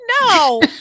No